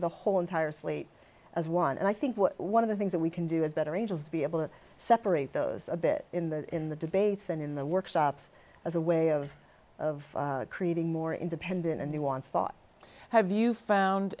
the whole entire sleep as one and i think one of the things that we can do is better angels be able to suffer rate those a bit in the in the debates and in the workshops as a way of of creating more independent and he wants thought have you found